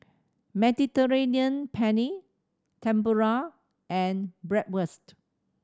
Mediterranean Penne Tempura and Bratwurst